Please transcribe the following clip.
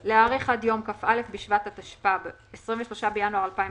-- "(2)להאריך עד יום כ"א בשבט התשפ"ב (23 בינואר 2022)